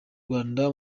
rwanda